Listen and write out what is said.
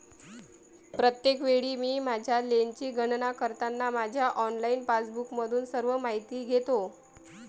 प्रत्येक वेळी मी माझ्या लेनची गणना करताना माझ्या ऑनलाइन पासबुकमधून सर्व माहिती घेतो